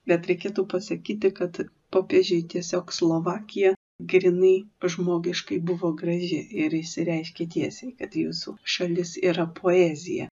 bet reikėtų pasakyti kad popiežiui tiesiog slovakija grynai žmogiškai buvo graži ir jisai reiškė tiesiai kad jūsų šalis yra poezija